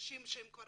נשים שכבר